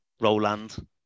Roland